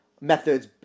methods